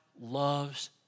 loves